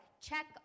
check